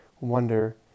wonder